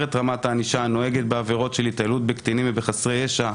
את רמת הענישה הנוהגת בעבירות של התעללות בקטינים ובחסרי ישע.